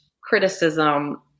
criticism